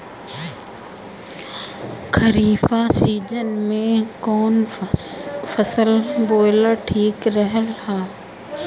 खरीफ़ season में कौन फसल बोअल ठिक रहेला ह?